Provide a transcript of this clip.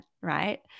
Right